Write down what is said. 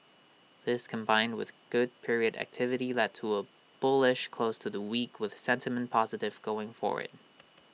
this combined with good period activity led to A bullish close to the week with sentiment positive going forward